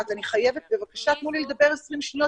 דבר שני,